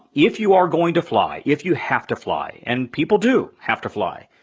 if you are going to fly, if you have to fly, and people do have to fly,